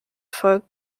volk